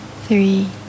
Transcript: three